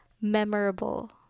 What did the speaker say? memorable